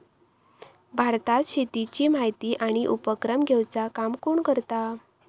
भारतात शेतीची माहिती आणि उपक्रम घेवचा काम कोण करता?